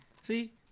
see